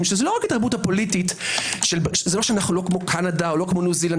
כי זה לא רק שאנחנו לא כמו קנדה או ניו זילנד.